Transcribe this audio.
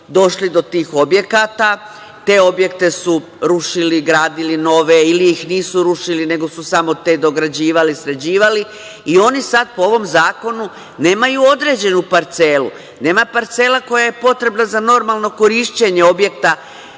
došli do tih objekata. Te objekte su rušili, gradili nove ili ih nisu rušili, nego su samo te dograđivali, sređivali i oni sada po ovom zakonu nemaju određenu parcelu, nema parcela koja je potrebna za normalno korišćenje objekta,